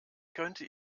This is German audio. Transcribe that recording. könnte